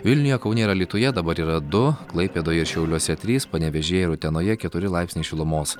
vilniuje kaune ir alytuje dabar yra du klaipėdoje šiauliuose trys panevėžyje ir utenoje keturi laipsniai šilumos